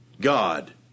God